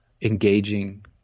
engaging